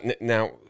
now